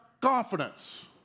confidence